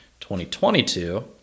2022